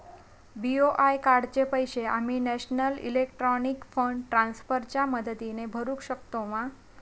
BOI कार्डाचे पैसे आम्ही नेशनल इलेक्ट्रॉनिक फंड ट्रान्स्फर च्या मदतीने भरुक शकतू मा?